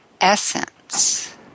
essence